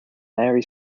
mary